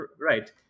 right